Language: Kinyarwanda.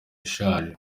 ishaje